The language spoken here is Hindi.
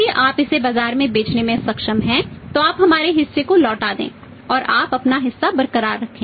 यदि आप इसे बाजार में बेचने में सक्षम हैं तो आप हमारे हिस्से को लौटा दें और आप अपना हिस्सा बरकरार रखें